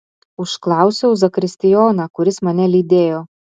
užklausiau zakristijoną kuris mane lydėjo